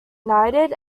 united